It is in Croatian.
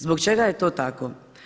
Zbog čega je to tako?